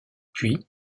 puis